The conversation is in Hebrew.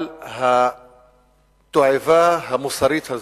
אבל התועבה המוסרית הזאת,